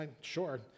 sure